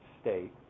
state